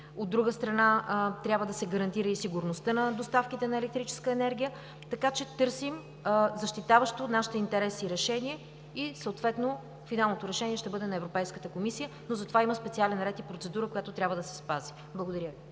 От друга страна, трябва да се гарантира и сигурността на доставките на електрическа енергия, така че търсим защитаващо нашите интереси решение и съответно финалното решение ще бъде на Европейската комисия. Но за това има специален ред и процедура, която трябва да се спази. Благодаря